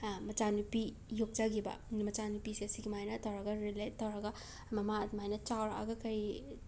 ꯃꯆꯥꯅꯨꯄꯤ ꯌꯣꯛꯆꯈꯤꯕ ꯃꯆꯥꯅꯨꯄꯤꯁꯦ ꯁꯨꯃꯥꯏꯅ ꯇꯧꯔꯒ ꯔꯤꯂꯦꯠ ꯇꯧꯔꯒ ꯃꯃꯥ ꯑꯗꯨꯃꯥꯏꯅ ꯆꯥꯎꯔꯛꯑꯒ ꯀꯩ